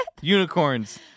Unicorns